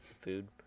food